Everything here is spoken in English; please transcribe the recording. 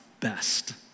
best